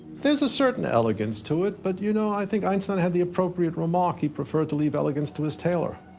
there's a certain elegance to it, but you know i think einstein had the appropriate remark he preferred to leave elegance to his tailor.